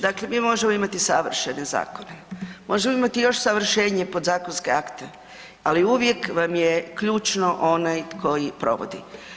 Dakle, mi možemo imati savršene zakone, možemo imati još savršenije podzakonske akte, ali uvijek vam je ključno onaj tko ih provodi.